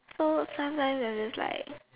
so sometimes we'll is like